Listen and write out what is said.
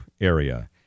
area